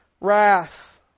wrath